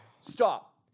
stop